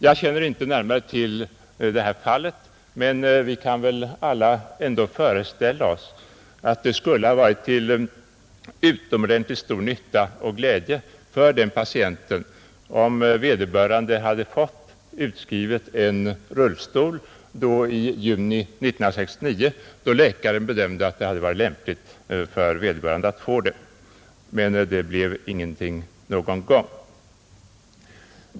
Jag känner inte närmare till fallet, men vi kan väl ändå alla föreställa oss att det skulle ha varit till utomordentligt stor nytta och glädje om patienten hade fått en rullstol i juni 1969, då läkaren bedömde att det hade varit lämpligt för vederbörande att få en sådan. Men det blev ingenting någon gång.